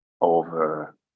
over